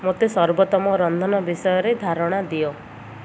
ମୋତେ ସର୍ବୋତ୍ତମ ରନ୍ଧନ ବିଷୟରେ ଧାରଣା ଦିଅ